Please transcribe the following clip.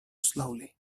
slowly